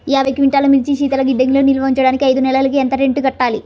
యాభై క్వింటాల్లు మిర్చి శీతల గిడ్డంగిలో నిల్వ ఉంచటానికి ఐదు నెలలకి ఎంత రెంట్ కట్టాలి?